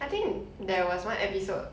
I think there was one episode